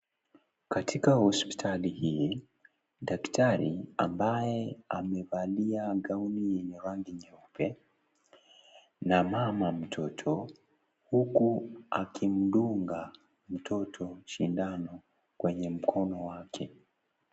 Katika hospitali hii daktari ambaye amevalia (cs)gowni(CS)yenye rangi nyeupe na mama mtoto huku akimdunga mtoto sindano kwenye mkono wake.